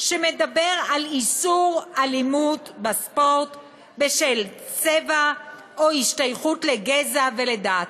שמדבר על איסור אלימות בספורט בשל צבע או השתייכות לגזע ולדת.